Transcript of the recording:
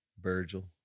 Virgil